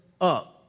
up